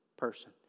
person